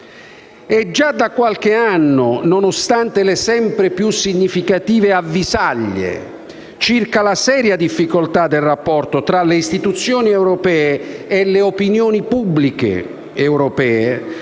Già da qualche anno, nonostante le sempre più significative avvisaglie circa la seria difficoltà del rapporto tra le istituzioni europee e le opinioni pubbliche nazionali,